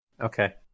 Okay